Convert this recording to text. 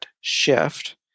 shift